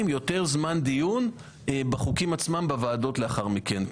יותר זמן דיון בחוקים עצמם בוועדות לאחר מכן,